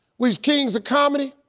reached kings of comedy.